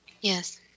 Yes